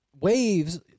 waves